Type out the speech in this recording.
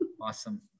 Awesome